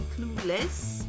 clueless